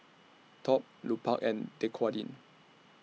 Top Lupark and Dequadin